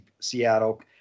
Seattle